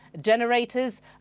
generators